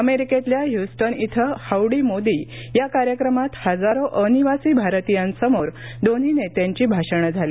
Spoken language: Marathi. अमेरिकेतल्या ब्रुस्टन इथं हाउडी मोदी या कार्यक्रमात हजारो अनिवासी भारतीयांसमोर दोन्ही नेत्यांची भाषणं झाली